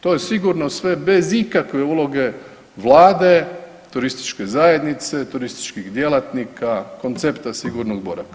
To je sigurno sve bez ikakve uloge Vlade , turističke zajednice, turističkih djelatnika, koncepta sigurnog boravka.